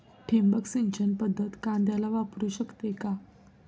ठिबक सिंचन पद्धत कांद्याला वापरू शकते का?